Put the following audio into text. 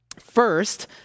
First